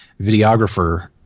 videographer